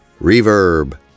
reverb